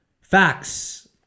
Facts